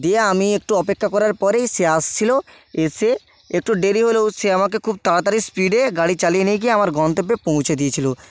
দিয়ে আমি একটু অপেক্ষা করার পরেই সে আসছিলো এসে এটু দেরি হলেও সে আমাকে খুব তাড়াতাড়ি স্পীডে গাড়ি চালিয়ে নিয়ে গিয়ে আমার গন্তব্যে পৌঁছে দিয়েছিলো